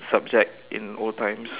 subject in old times